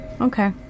Okay